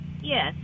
Yes